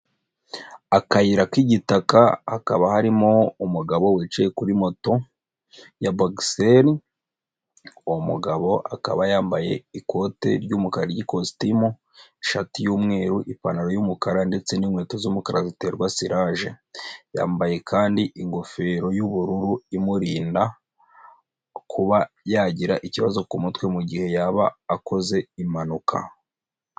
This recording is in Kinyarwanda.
Akayira k'igitaka hakaba harimo umugabo wicaye kuri moto ya bogiseri. Umugabo akaba yambaye ikote ry'umukara n'ikositimu, ishati y'umweru, ipantaro y'umukara ndetse n'inkweto z'umukara ziterwa siraje. Yambaye kandi ingofero y'ubururu imurinda kuba yagira ikibazo ku mutwe mu gihe yaba akoze impanuka.